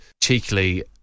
Cheekily